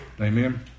Amen